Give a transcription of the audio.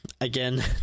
Again